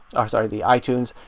oh sorry, the itunes,